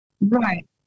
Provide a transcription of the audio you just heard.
Right